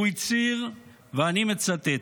הוא הצהיר, ואני מצטט: